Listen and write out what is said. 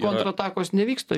kontratakos nevyksta